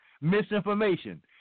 Misinformation